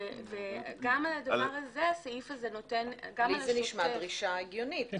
לי זה נשמע דרישה הגיונית.